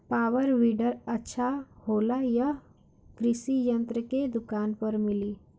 Power weeder अच्छा होला यह कृषि यंत्र के दुकान पर मिली?